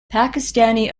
pakistani